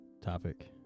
topic